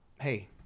hey